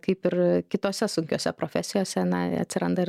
kaip ir kitose sunkiose profesijose na atsiranda ir